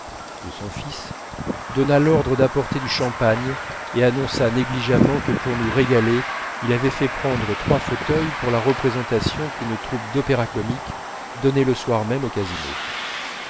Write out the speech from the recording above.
de son fils donna l'ordre d'apporter du champagne et annonça négligemment que pour nous régaler il avait fait prendre trois fauteuils pour la représentation qu'une troupe d'opéra comique donnait le soir même au casino